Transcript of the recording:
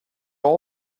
all